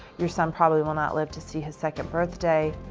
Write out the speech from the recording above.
your son probably will not live to see his second birthday.